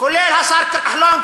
כולל השר כחלון,